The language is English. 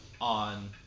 On